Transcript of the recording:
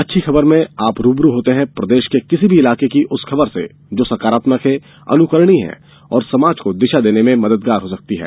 अच्छी खबर में आप रूबरू होते हैं प्रदेश के किसी भी इलाके की उस खबर से जो सकारात्मक है अनुकरणीय है और समाज को दिशा देने में मददगार हो सकती है